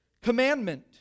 commandment